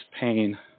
pain